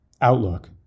outlook